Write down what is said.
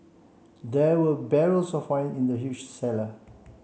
there were barrels of wine in the huge cellar